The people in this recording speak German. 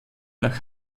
nach